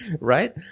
right